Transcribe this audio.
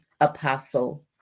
Apostle